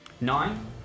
Nine